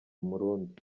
murundi